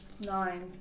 nine